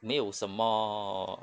没有什么